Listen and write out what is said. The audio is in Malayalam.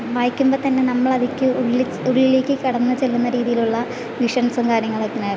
വായിക്കുമ്പോൾ തന്നെ നമ്മളതിലേക്ക് ഉള്ളിലേക്ക് കടന്നു ചെല്ലുന്ന രീതിയിലുള്ള വിഷൻസും കാര്യങ്ങളൊക്കെ